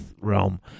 Realm